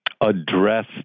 address